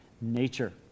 nature